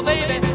Baby